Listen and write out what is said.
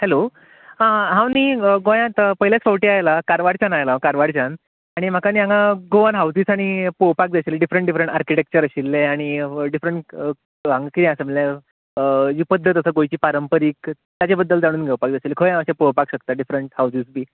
hello हांव नी गोंयांत पयल्याच फावटी आयला कारवारच्यान आयला हांव कारवारच्यान आनी म्हाका नी हांगा गोवन हाउजीज आनी पळोवपाक जाय आसले डिफ्रंट डिफ्रंट आर्किटेक्च आशिल्ले आनी डिफ्रंट हांगा कितें आसा जी पद्दत आसा गोंयची पारंपरीक ताच्या बद्दल जाणून घेवपाक जाय आसले खंय आसा अशें डिफ्रंट हाउजीज बी